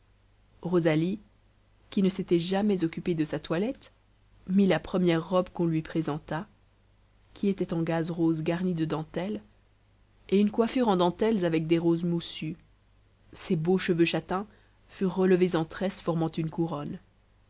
rosalie qui ne s'était jamais occupée de sa toilette mit la première robe qu'on lui présenta qui était en gaze rose garnie de dentelles et une coiffure en dentelles avec des roses moussues ses beaux cheveux châtains furent relevés en tresse formant une couronne